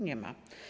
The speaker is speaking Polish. Nie ma.